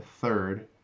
third